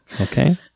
Okay